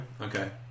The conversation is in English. Okay